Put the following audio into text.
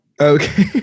Okay